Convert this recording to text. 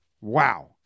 Wow